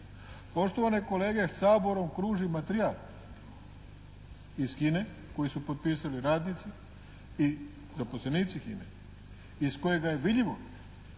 Poštovane kolege, Saborom kruži materijal iz HINA-e koji su potpisali radnici i zaposlenici HINA-e iz kojega je vidljivo